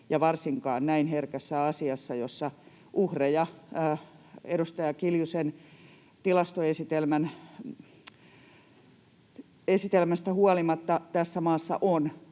varsinkaan näin herkässä asiassa, jossa uhreja — edustaja Kiljusen tilastoesitelmästä huolimatta — tässä maassa on